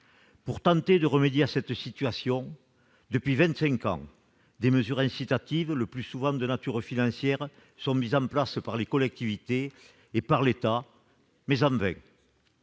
Pour tenter de remédier à cette situation, depuis vingt-cinq ans, des mesures incitatives, le plus souvent de nature financière, sont mises en place par les collectivités territoriales et par l'État, mais en vain.